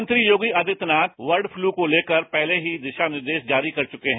मुख्यमंत्री Yogi Adityanath bird flu को लेकर पहले ही दिशा निर्देश जारी कर चुके हैं